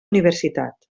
universitat